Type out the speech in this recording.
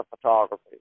photography